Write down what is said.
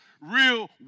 real